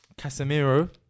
Casemiro